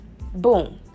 boom